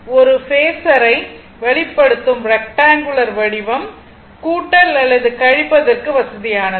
எனவே ஒரு பேஸரை வெளிப்படுத்தும் ரெக்டங்குளர் வடிவம் கூட்டல் அல்லது கழிப்பதற்கு வசதியானது